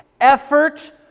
effort